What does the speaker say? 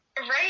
Right